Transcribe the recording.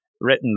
Written